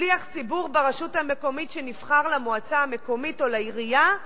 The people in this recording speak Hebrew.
שליח ציבור ברשות המקומית שנבחר למועצה המקומית או לעירייה,